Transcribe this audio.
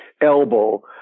elbow